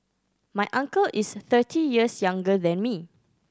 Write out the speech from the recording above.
my uncle is thirty years younger than me